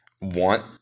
want